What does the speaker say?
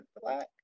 black